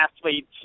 athletes